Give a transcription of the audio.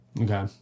Okay